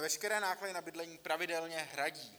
Veškeré náklady na bydlení pravidelně hradí.